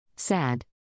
Sad